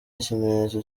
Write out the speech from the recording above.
ikimenyetso